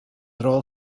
rôl